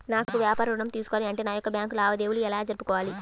నాకు వ్యాపారం ఋణం తీసుకోవాలి అంటే నా యొక్క బ్యాంకు లావాదేవీలు ఎలా జరుపుకోవాలి?